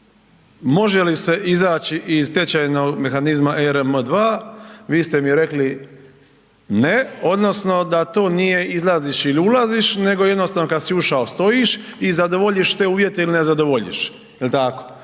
Može li se izaći iz tečajnog mehanizma ERM2? vi ste mi rekli ne odnosno da to nije izlaziš ili ulaziš nego jednostavno kada si ušao stojiš i zadovoljiš te uvjete ili ne zadovoljiš,